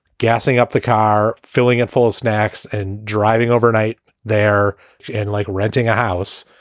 gassing up the car, filling it full of snacks and driving overnight there and like renting a house.